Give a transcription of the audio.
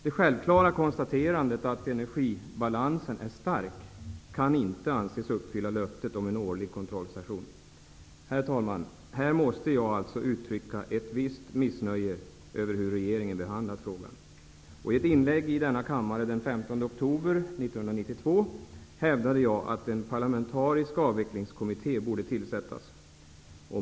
Det självklara konstaterandet att energibalansen är stark kan inte anses uppfylla löftet om en årlig kontrollstation. Herr talman! Här måste jag uttrycka ett visst missnöje över det sätt på vilket regeringen har behandlat frågan. I ett inlägg i denna kammare den 15 oktober 1992 hävdade jag att en parlamentarisk avvecklingskommitté borde tillsättas.